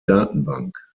datenbank